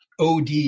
OD